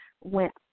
went